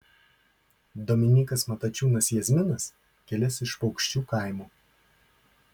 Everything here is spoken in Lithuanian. dominykas matačiūnas jazminas kilęs iš paukščiu kaimo